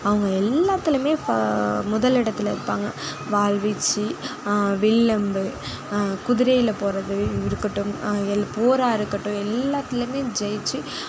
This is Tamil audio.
அவங்க எல்லாத்திலியும் முதல் இடத்தில் இருப்பாங்க வாள் வீச்சு வில் அம்பு குதிரையில் போகிறது இருக்கட்டும் போராக இருக்கட்டும் எல்லாத்துலயும் ஜெயித்து